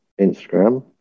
Instagram